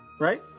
right